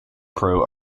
pro